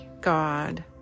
God